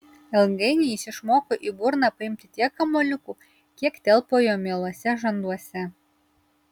ilgainiui jis išmoko į burną paimti tiek kamuoliukų kiek telpa jo mieluose žanduose